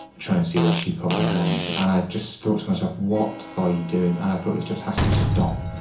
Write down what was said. trying to see where she put her hands. and i just thought to myself, what are you doing? and i thought this just has to stop,